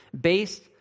based